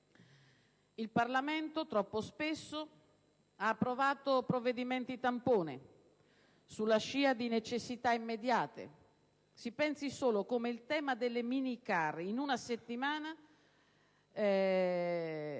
Il Parlamento, troppo spesso, ha approvato provvedimenti tampone sulla scia di necessità immediate (si pensi solo come sul tema delle minicar in una settimana